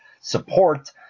support